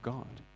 God